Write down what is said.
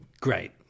Great